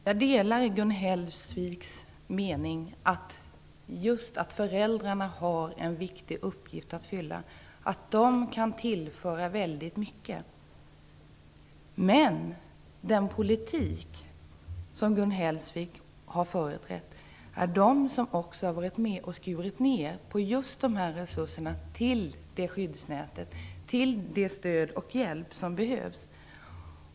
Fru talman! Jag delar Gun Hellsviks mening att föräldrarna har en viktig uppgift att fylla, att de kan tillföra väldigt mycket. Men den politik som Gun Hellsvik har företrätt har inneburit att man skurit ner på resurserna till skyddsnätet, det stöd och den hjälp som behövs.